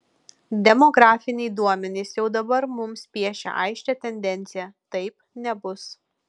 demografiniai duomenys jau dabar mums piešia aiškią tendenciją taip nebus